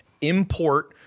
import